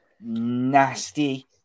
nasty